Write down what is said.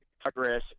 progress